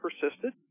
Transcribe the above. persisted